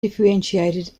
differentiated